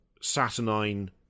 Saturnine